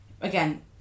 again